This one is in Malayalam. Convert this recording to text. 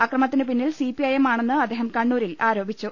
അക്രമത്തിനു പിന്നിൽ സിപിഐഎം ആണെന്ന് അദ്ദേഹം കണ്ണൂരിൽ ആരോപിച്ചു